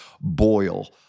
boil